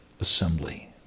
assembly